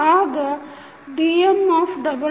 ಆಗ mdx3dt